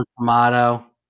Tomato